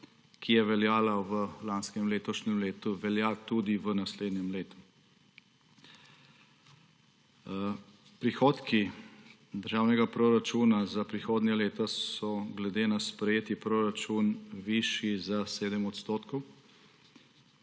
ki je veljala v lanskem letošnjem letu, velja tudi v naslednjem letu. Prihodki državnega proračuna za prihodnja leta so gleda na sprejeti proračun višji za 7 %. Za leto